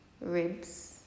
ribs